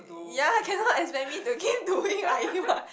ya cannot expect me to keep doing what